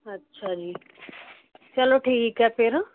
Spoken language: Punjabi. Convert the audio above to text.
ਅੱਛਾ ਜੀ ਚਲੋ ਠੀਕ ਹੈ ਫਿਰ